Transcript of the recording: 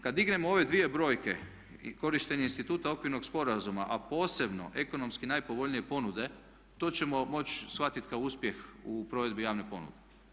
Kad dignemo ove dvije brojke i korištenje instituta okvirnog sporazuma a posebno ekonomski najpovoljnije ponude to ćemo moći shvatiti kao uspjeh u provedbi javne ponude.